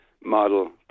Model